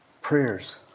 prayers